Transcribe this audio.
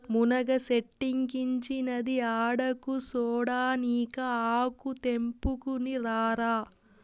మునగ సెట్టిక్కించినది ఆడకూసోడానికా ఆకు తెంపుకుని రారా